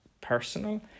personal